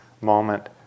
moment